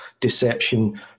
deception